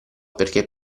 perché